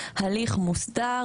הליך מוסדר,